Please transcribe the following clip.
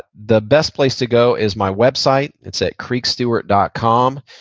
the best place to go is my website. it's at creekstewart dot com.